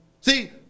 See